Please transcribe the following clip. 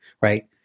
right